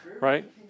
right